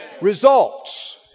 Results